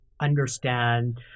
understand